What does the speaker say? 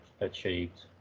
achieved